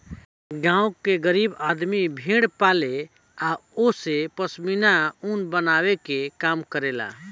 गांव के गरीब आदमी भेड़ पाले आ ओसे पश्मीना ऊन बनावे के काम करेला